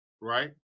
right